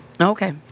Okay